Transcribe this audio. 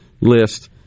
list